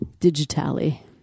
digitally